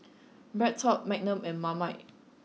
BreadTalk Magnum and Marmite